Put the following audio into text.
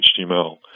HTML